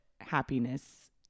happiness